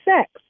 sex